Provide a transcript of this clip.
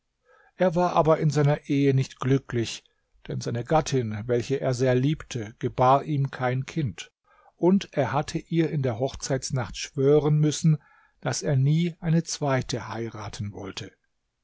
er war aber in seiner ehe nicht glücklich denn seine gattin welche er sehr liebte gebar ihm kein kind und er hatte ihr in der hochzeitsnacht schwören müssen daß er nie eine zweite heiraten wollte